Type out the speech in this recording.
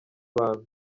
bantu